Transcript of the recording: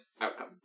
outcome